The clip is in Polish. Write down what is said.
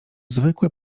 zwykłe